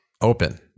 Open